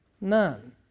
None